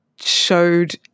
showed